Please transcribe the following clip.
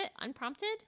Unprompted